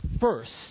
first